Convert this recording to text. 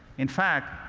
in fact,